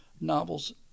novels